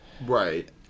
Right